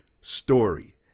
story